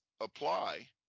apply